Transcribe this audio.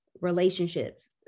relationships